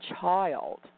child